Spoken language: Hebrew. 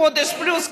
חודש פלוס,